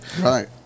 Right